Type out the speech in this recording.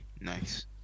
Nice